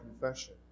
confession